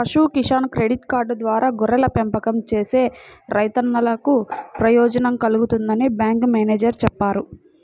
పశు Kisan credit card ద్వారా గొర్రెల పెంపకం చేసే రైతన్నలకు ప్రయోజనం కల్గుతుందని బ్యాంకు మేనేజేరు చెప్పారు